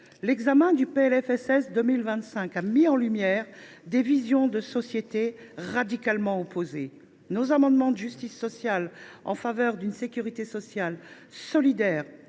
sociale pour 2025 a mis en lumière des visions de société radicalement opposées. Nos amendements de justice sociale en faveur d’une sécurité sociale solidaire